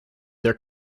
their